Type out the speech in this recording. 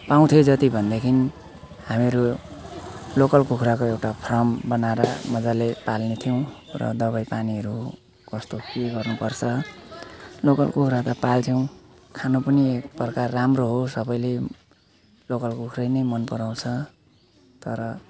पाउँथ्यो जति भनेदेखि हामीहरू लोकल कुखुराको एउटा फार्म बनाएर मजाले पाल्ने थियौँ र दबाईपानीहरू कस्तो के गर्नुपर्छ लोकल कुखुरा त पाल्छौँ खान पनि एक प्रकार राम्रो हो सबैले लोकल कुखुरा नै मन पराउँछ तर